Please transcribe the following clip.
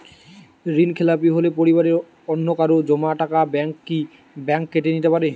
ঋণখেলাপি হলে পরিবারের অন্যকারো জমা টাকা ব্যাঙ্ক কি ব্যাঙ্ক কেটে নিতে পারে?